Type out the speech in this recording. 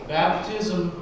Baptism